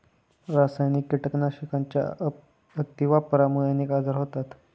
रासायनिक कीटकनाशकांच्या अतिवापरामुळे अनेक आजार होतात